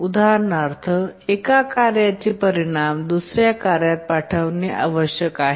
उदाहरणार्थ एका कार्याचे परिणाम दुसर्या कार्यात पाठवणे आवश्यक आहे